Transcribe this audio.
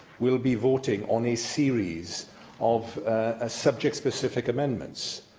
will be voting on a series of ah subject-specific amendments?